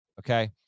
Okay